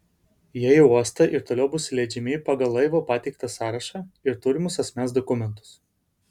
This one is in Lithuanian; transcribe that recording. jie į uostą ir toliau bus įleidžiami pagal laivo pateiktą sąrašą ir turimus asmens dokumentus